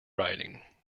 riding